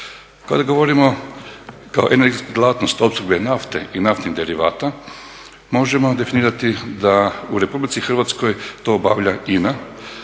Kada govorimo kao energetska djelatnost opskrbe nafte i naftnih derivata možemo definirati da u Republici Hrvatskoj to obavlja INA